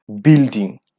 building